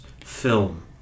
film